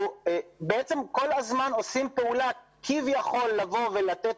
כל הזמן עושים פעולה כביכול לבוא ולתת